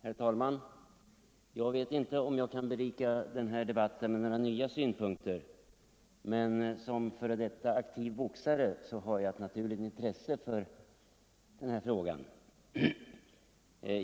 Herr talman! Jag vet inte om jag kan berika den här debatten med några nya synpunkter men som f. d. aktiv boxare har jag ett naturligt intresse för den här frågan.